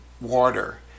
water